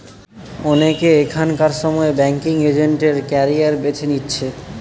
অনেকে এখনকার সময় ব্যাঙ্কিং এজেন্ট এর ক্যারিয়ার বেছে নিচ্ছে